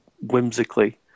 whimsically